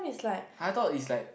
I thought is like